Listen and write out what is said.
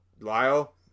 Lyle